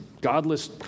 godless